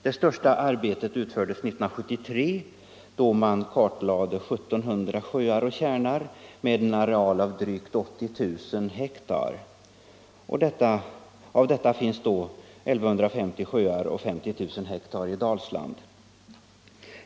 Det största arbetet utfördes 1973, då man kartlade 1700 sjöar och tjärnar med en areal av drygt 80000 hektar, varav 1 150 sjöar och 50 000 hektar finns i Dalsland.